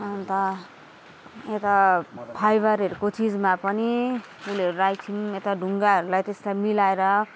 अन्त यता फाइबरहरूको चिजमा पनि फुलहरू राखेको छौँ यता ढुङ्गाहरूलाई त्यस्ता मिलाएर